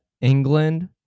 England